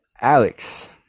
alex